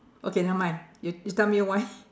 okay never mind you you tell me why